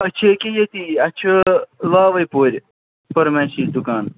أسۍ چھِ یہِ کہِ ییٚتی اَسہِ چھُ لاوے پورٕ فٔرمٮ۪سی دُکان